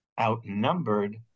outnumbered